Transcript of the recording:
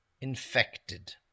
infected